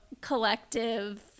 collective